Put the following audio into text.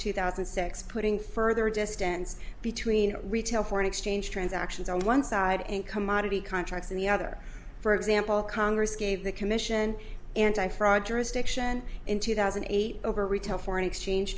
two thousand and six putting further distance between retail foreign exchange transactions on one side and commodity contracts in the other for example congress gave the commission anti fraud jurisdiction in two thousand and eight over retail foreign exchange